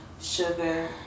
sugar